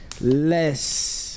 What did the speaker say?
less